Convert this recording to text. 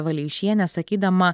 valeišienė sakydama